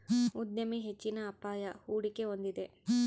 ಉದ್ಯಮಿ ಹೆಚ್ಚಿನ ಅಪಾಯ, ಹೂಡಿಕೆ ಹೊಂದಿದ